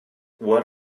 what